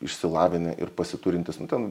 išsilavinę ir pasiturintys nu ten